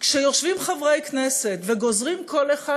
כשיושבים חברי כנסת וגוזרים כל אחד